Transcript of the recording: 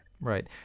Right